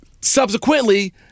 subsequently